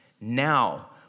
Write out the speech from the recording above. Now